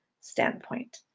standpoint